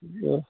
ஆ